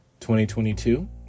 2022